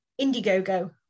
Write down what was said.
Indiegogo